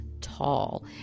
tall